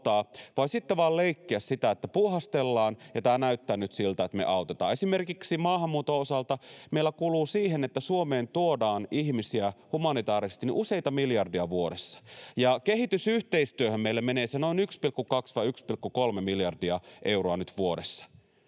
vai sitten vain leikkiä, niin että puuhastellaan ja tämä näyttää nyt siltä, että me autetaan. Esimerkiksi maahanmuuton osalta meillä kuluu useita miljardeja vuodessa siihen, että Suomeen tuodaan ihmisiä humanitaarisesti, ja kehitysyhteistyöhön meillä menee se noin 1,2 tai 1,3 miljardia euroa nyt vuodessa.